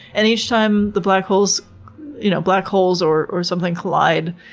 and each time the black holes you know black holes or or something collide,